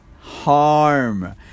harm